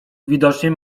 widocznie